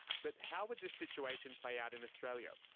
but how would this situation play out in australia,